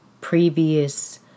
previous